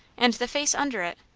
and the face under it,